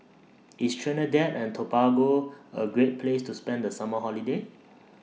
IS Trinidad and Tobago A Great Place to spend The Summer Holiday